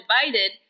divided